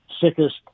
sickest